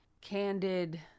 candid